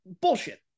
bullshit